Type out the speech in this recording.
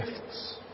gifts